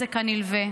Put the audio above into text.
והנזק הנלווה.